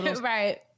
Right